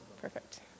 Perfect